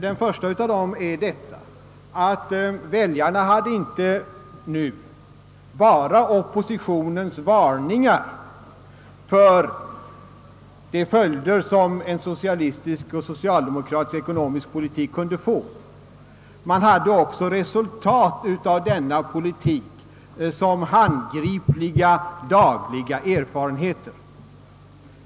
Den första är att väljarna nu inte bara hade oppositio nens varningar för de följder som en socialistisk och socialdemokratisk ekonomisk politik kunde få. De hade också dagliga påtagliga erfarenheter av resultatet av denna politik.